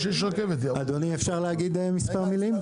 אדוני, אפשר להגיד כמה מילים?